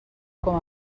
com